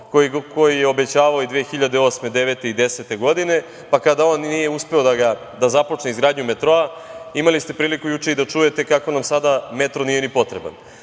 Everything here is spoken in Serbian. koji je obećavao 2008, 2009. i 2010. godine, pa kada nije uspeo da započne izgradnju metroa, imali ste priliku juče i da čujete kako nam sada metro nije ni potreban. Takva